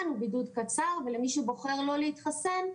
הוא בידוד קצר ולמי שבוחר לא להתחסן,